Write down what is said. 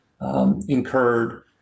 incurred